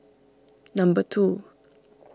number two